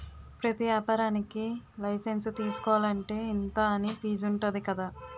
ప్రతి ఏపారానికీ లైసెన్సు తీసుకోలంటే, ఇంతా అని ఫీజుంటది కదా